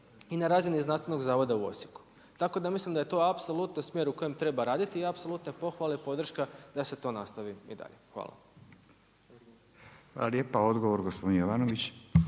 i na razini Znanstvenog zavoda u Osijeku. Tako da mislim da je to apsolutno smjer u kojem treba raditi, i apsolutno pohvale i podrška da se to nastavi i dalje. Hvala. **Radin, Furio